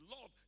love